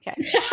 Okay